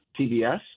TBS